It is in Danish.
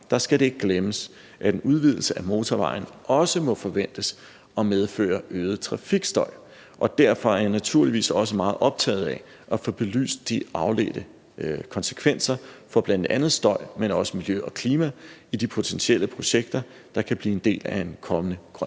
skal det ikke glemmes, at en udvidelse af motorvejen må forventes at medføre øget trafikstøj, og derfor er jeg naturligvis også meget optaget af at få belyst de afledte konsekvenser for bl.a. støj, men også miljø og klima, i de potentielle projekter, der kan blive en del af en kommende grøn